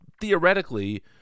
theoretically